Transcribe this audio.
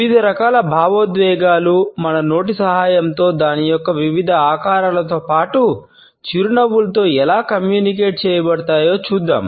వివిధ రకాల భావోద్వేగాలు మన నోటి సహాయంతో దాని యొక్క వివిధ ఆకారాలతో పాటు చిరునవ్వులతో ఎలా కమ్యూనికేట్ చేయబడతాయో చూద్దాం